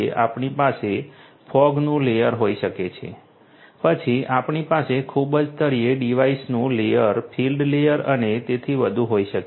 આપણી પાસે ફોગનું લેયર હોઈ શકે છે પછી આપણી પાસે ખૂબ જ તળિયે ડિવાઇસનું લેયર ફીલ્ડ લેયર અને તેથી વધુ હોઈ શકે છે